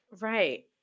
Right